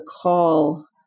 call